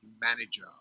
manager